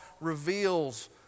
reveals